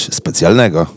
specjalnego